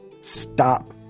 stop